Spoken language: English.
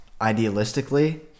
Idealistically